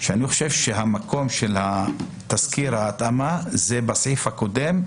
אני סבור שהמקום של תסקיר ההתאמה זה בסעיף הקודם,